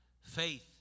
Faith